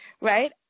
right